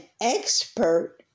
expert